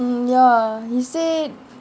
mm ya he said